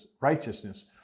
righteousness